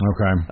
Okay